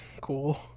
cool